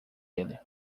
ele